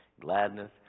gladness